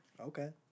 Okay